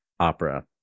opera